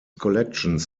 collections